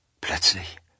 Plötzlich